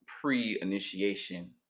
pre-initiation